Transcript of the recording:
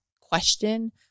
question